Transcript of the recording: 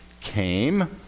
came